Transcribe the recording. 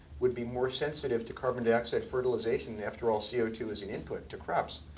would be more sensitive to carbon dioxide fertilization. after all, c o two is an input to crops.